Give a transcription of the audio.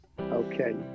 Okay